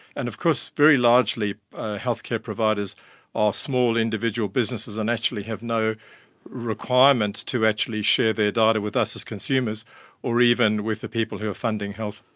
and of course very largely healthcare providers are small individual businesses and actually have no requirement to actually share their data with us as consumers or even with the people who are funding health.